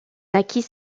naquit